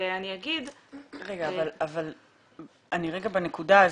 אני אגיד --- רגע, אבל בנקודה הזאת,